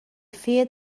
feared